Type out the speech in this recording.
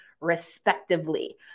respectively